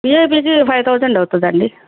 విఐపిది five thousand అవుతుంది అండి